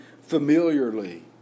familiarly